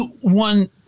one